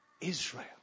Israel